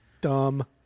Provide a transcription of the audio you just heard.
Dumb